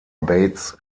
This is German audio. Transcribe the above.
bates